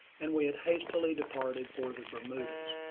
and we had hastily departed for the bermudas,